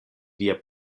via